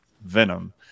venom